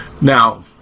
Now